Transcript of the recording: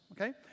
okay